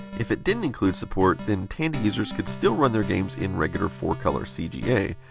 if it didn't include support, then tandy users could still run their games in regular four color cga.